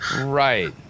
right